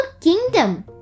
kingdom